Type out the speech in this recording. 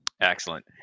Excellent